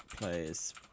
Players